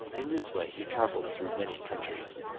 in this way he travelled through many countries,